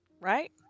Right